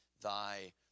thy